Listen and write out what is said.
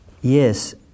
yes